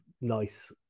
nice